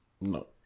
No